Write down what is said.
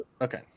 Okay